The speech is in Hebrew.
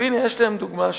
והנה יש להם דוגמה שם: